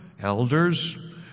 Elders